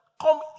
come